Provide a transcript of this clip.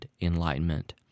enlightenment